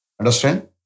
Understand